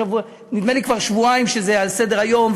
נדמה לי שכבר שבועיים זה על סדר-היום,